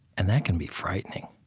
and that can be frightening.